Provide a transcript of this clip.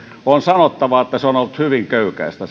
on sanottava että se valvonta on ollut hyvin köykäistä